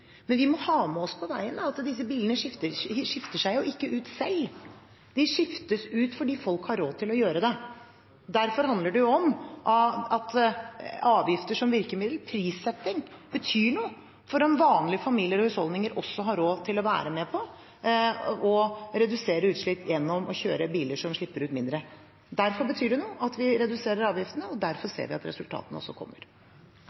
Men vi må ha med oss på veien at disse bilene ikke skifter seg ut selv. De skiftes ut fordi folk har råd til å gjøre det. Derfor handler det om at avgifter som virkemiddel, prissetting, betyr noe for om vanlige familier og husholdninger også har råd til å være med på å redusere utslipp ved å kjøre biler som slipper ut mindre. Derfor betyr det noe at vi reduserer avgiftene, og derfor